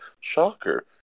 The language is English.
shocker